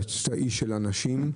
איש של אנשים,